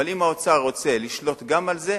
אבל אם האוצר רוצה לשלוט גם על זה,